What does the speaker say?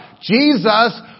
Jesus